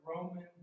Roman